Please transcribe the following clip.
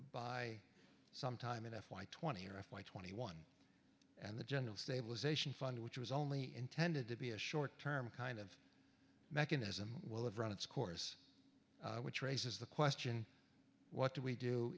by sometime in f y twenty or if my twenty one and the general stabilization fund which was only intended to be a short term kind of mechanism will have run its course which raises the question what do we do